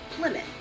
Plymouth